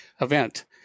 event